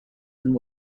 and